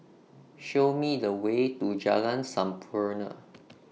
Show Me The Way to Jalan Sampurna